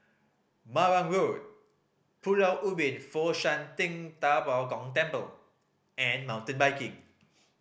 Marang Road Pulau Ubin Fo Shan Ting Da Bo Gong Temple and Mountain Biking